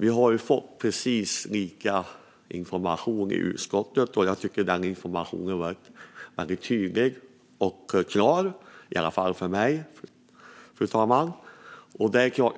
Vi har alla fått samma information i utskottet, och jag tycker att den informationen var tydlig och klar, i alla fall för mig. Regeringen